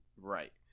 Right